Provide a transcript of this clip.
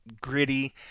gritty